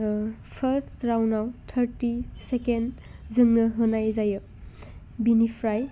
first राउण्डआव thirty second जोंनो होनाय जायो बेनिफ्राय